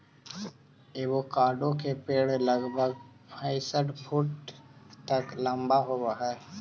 avocado के पेड़ लगभग पैंसठ फुट तक लंबा होब हई